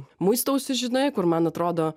muistausi žinai kur man atrodo